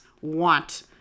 want